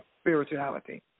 spirituality